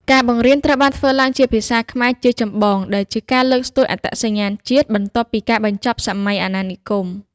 ការបង្រៀនត្រូវបានធ្វើឡើងជាភាសាខ្មែរជាចម្បង ដែលជាការលើកស្ទួយអត្តសញ្ញាណជាតិបន្ទាប់ពីការបញ្ចប់សម័យអាណានិគម។